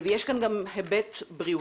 יש כאן גם היבט בריאותי.